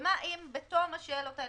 ומה אם בתום השאלות האלה,